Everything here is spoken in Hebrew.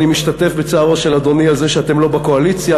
אני משתתף בצערו של אדוני על זה שאתם לא בקואליציה.